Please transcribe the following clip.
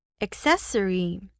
Accessory